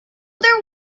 there